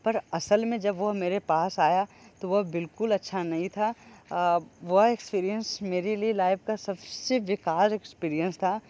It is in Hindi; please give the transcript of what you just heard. पर असल में वो जब मेरे पास आया तो वो बिल्कुल अच्छा नहीं था वह इक्स्पीरीअन्स मेरे लिए लाइफ का सबसे बेकार इक्स्पीरीअन्स था